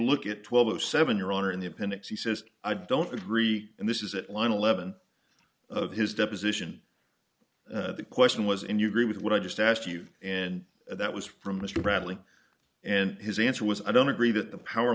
look at twelve o seven your honor in the appendix he says i don't agree and this is at line eleven of his deposition the question was and you agree with what i just asked you and that was from mr bradley and his answer was i don't agree that the power